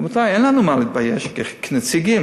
רבותי, אין לנו במה להתבייש, כנציגים.